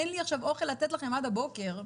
אין לי עכשיו אוכל לתת לכם עד הבוקר,